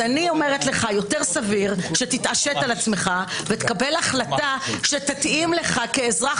אני אומרת לך - יותר סביר שתתעשת על עצמך וקבל החלטה שתתאים לך כאזרח